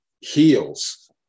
heals